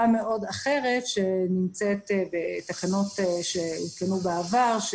מאוד אחרת שנמצאת בתקנות שהותקנו בעבר.